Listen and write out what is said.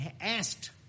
asked